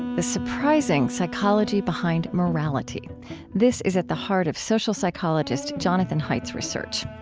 the surprising psychology behind morality this is at the heart of social psychologist jonathan haidt's research.